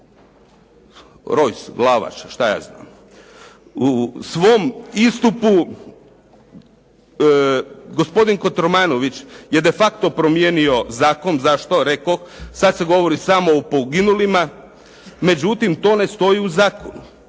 Rojs, Glavaš, šta ja znam. U svom istupu, gospodin Kotromanović, je defacto promijenio zakon, zašto rekoh, sada govori samo o poginulima, međutim, to ne stoji u zakonu.